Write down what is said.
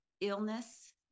illness